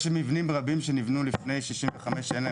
יש מבנים רבים שנבנו לפני 65' שאין להם